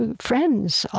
and friends,